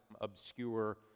obscure